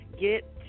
Get